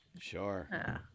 Sure